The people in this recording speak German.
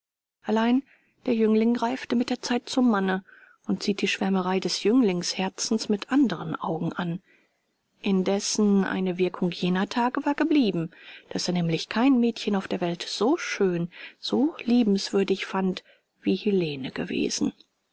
allein der jüngling reift mit der zeit zum manne und sieht die schwärmereien des jünglingsherzens mit anderen augen an indessen eine wirkung jener tage war geblieben daß er nämlich kein mädchen auf der welt so schön so liebenswürdig fand wie helene gewesen